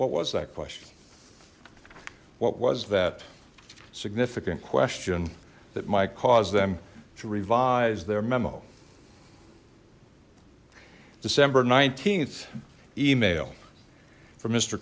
what was that question what was that significant question that might cause them to revise their memo december th email for mister